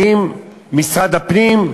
האם ממשרד הפנים,